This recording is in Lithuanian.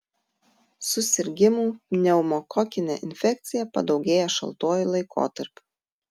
susirgimų pneumokokine infekcija padaugėja šaltuoju laikotarpiu